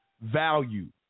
value